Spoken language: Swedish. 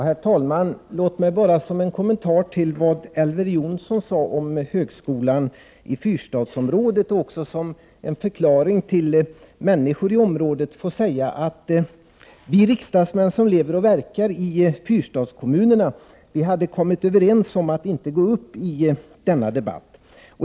Herr talman! Låt mig bara som en kommentar till vad Elver Jonsson sade om högskolan i fyrstadsområdet, och även som en förklaring till människor i området, säga att vi riksdagsmän som lever och verkar i fyrstadskommunerna har kommit överens om att inte gå upp i denna debatt.